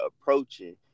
approaching